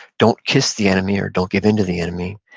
don't kiss the enemy or don't give in to the enemy,